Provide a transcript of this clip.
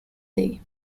day